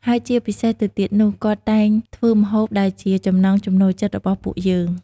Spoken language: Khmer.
ហើយជាពិសេសទៅទៀតនោះ គាត់តែងធ្វើម្ហូបដែលជាចំណង់ចំណូលចិត្តរបស់ពួកយើង។